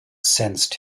sensed